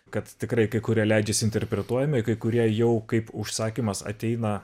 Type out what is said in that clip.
kad tikrai kai kurie leidžiasi interpretuojami kai kurie jau kaip užsakymas ateina